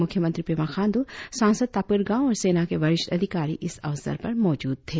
मुख्यमंत्री पेमा खाण्ड्र सांसद तापिर गाव और सेना के वरिष्ठ अधिकारी इस अवसर पर मौजूद थे